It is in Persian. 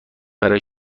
برای